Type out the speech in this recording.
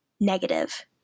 negative